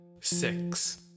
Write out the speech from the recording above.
six